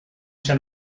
sea